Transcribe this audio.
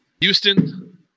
Houston